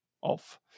off